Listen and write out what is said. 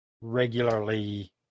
regularly